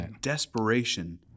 desperation